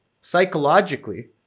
Psychologically